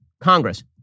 Congress